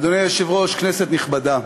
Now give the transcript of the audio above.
אדוני היושב-ראש, כנסת נכבדה,